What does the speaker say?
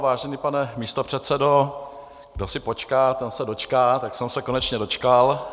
Vážený pane místopředsedo, kdo si počká, ten se dočká, tak jsem se konečně dočkal.